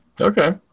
Okay